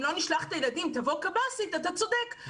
לא נשלח את הילדים תבוא קב"סית אתה צודק,